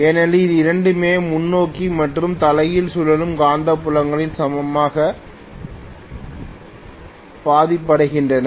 ஏனெனில் இரண்டுமே முன்னோக்கி மற்றும் தலைகீழ் சுழலும் காந்தப்புலங்களால் சமமாக பாதிக்கப்படுகின்றன